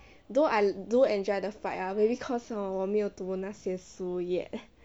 though I do enjoy the fight ah maybe cause 我没有读那些书 yet